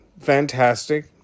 Fantastic